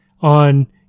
on